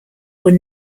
were